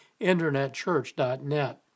internetchurch.net